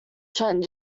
trent